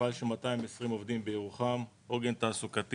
מפעל של 220 עובדים בירוחם עוגן תעסוקתי